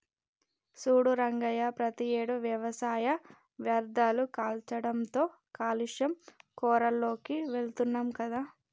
సూడు రంగయ్య ప్రతియేడు వ్యవసాయ వ్యర్ధాలు కాల్చడంతో కాలుష్య కోరాల్లోకి వెళుతున్నాం కదా